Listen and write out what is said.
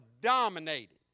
dominated